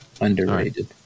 Underrated